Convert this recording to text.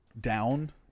down